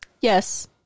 Yes